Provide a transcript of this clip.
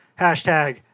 Hashtag